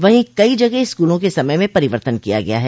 वहीं कई जगह स्कूलों के समय में परिवर्तन किया गया है